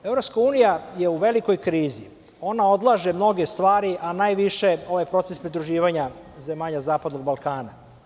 Evropska unija je u velikoj krizi, ona odlaže mnoge stvari, najviše ovaj proces pridruživanja zemalja zapadnog Balkana.